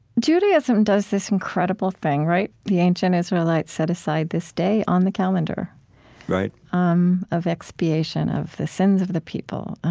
judaism does this incredible thing, right? the ancient israelites set aside this day on the calendar right um of expiation, of the sins of the people.